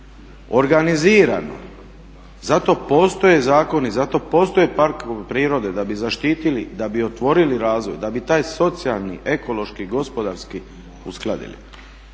organizirano, zato postoje zakoni, zato postoje parkovi prirode da bi zaštitili, da bi otvorili razvoj, da bi taj socijalni, ekološki, gospodarski uskladili.